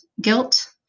guilt